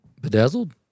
Bedazzled